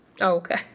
Okay